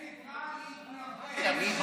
זה נקרא להתנרבג.